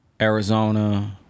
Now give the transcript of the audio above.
Arizona